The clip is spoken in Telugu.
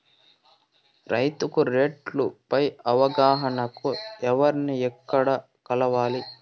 రైతుకు రేట్లు పై అవగాహనకు ఎవర్ని ఎక్కడ కలవాలి?